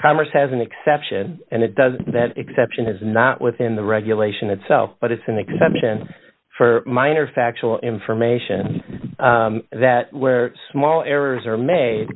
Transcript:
commerce has an exception and it does that exception is not within the regulation itself but it's an exemption for minor factual information and that where small errors are ma